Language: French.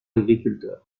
agriculteur